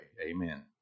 Amen